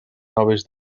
noves